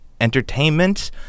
entertainment